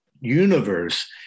universe